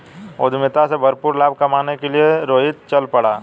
उद्यमिता से भरपूर लाभ कमाने के लिए रोहित चल पड़ा